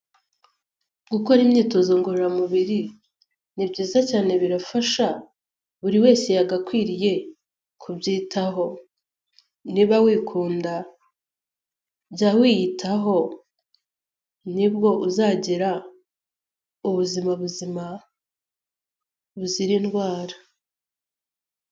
Gukora imyitozo ngororamubiri ni byiza cyane birafasha buri wese yagakwiriye kubyitaho, niba wikunda jya wiyitaho nibwo uzagira ubuzima buzima buzira indwara.